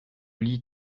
lis